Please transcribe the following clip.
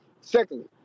Secondly